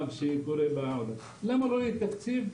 למה אין תקציב,